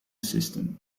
system